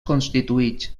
constituïts